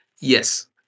yes